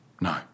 No